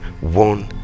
one